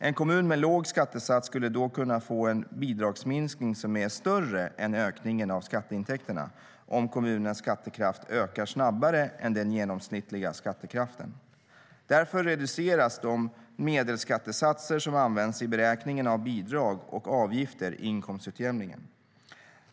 En kommun med låg skattesats skulle då kunna få en bidragsminskning som är större än ökningen av skatteintäkterna, om kommunens skattekraft ökar snabbare än den genomsnittliga skattekraften. Därför reduceras de medelskattesatser som används i beräkningarna av bidrag och avgifter i inkomstutjämningen.